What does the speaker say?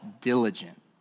diligent